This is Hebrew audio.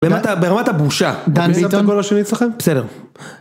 ברמת הבושה. דן ביטון? בסדר.